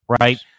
right